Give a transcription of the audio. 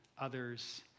others